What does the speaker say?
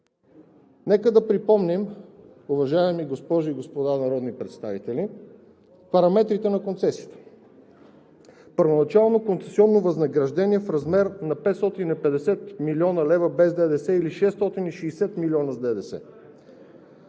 Нека да припомним, уважаеми госпожи и господа народни представители, параметрите на концесията. Първоначално концесионно възнаграждение в размер на 550 млн. лв. без ДДС, или 660 млн. лв. с ДДС